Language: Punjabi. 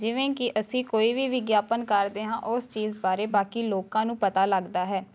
ਜਿਵੇਂ ਕਿ ਅਸੀਂ ਕੋਈ ਵੀ ਵਿਗਿਆਪਨ ਕਰਦੇ ਹਾਂ ਉਸ ਚੀਜ਼ ਬਾਰੇ ਬਾਕੀ ਲੋਕਾਂ ਨੂੰ ਪਤਾ ਲੱਗਦਾ ਹੈ